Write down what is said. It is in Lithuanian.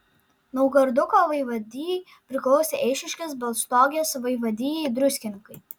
naugarduko vaivadijai priklausė eišiškės balstogės vaivadijai druskininkai